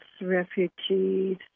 refugees